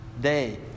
day